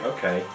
Okay